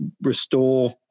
restore